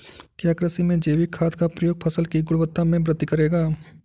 क्या कृषि में जैविक खाद का प्रयोग फसल की गुणवत्ता में वृद्धि करेगा?